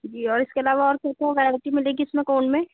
जी और इसके अलावा और कौन कौन सी वैरायटी मिलेगी इसमें कोन में